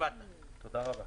לדעת